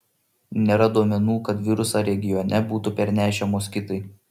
nėra duomenų kad virusą regione būtų pernešę moskitai